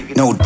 no